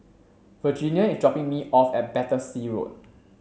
Virginia is dropping me off at Battersea Road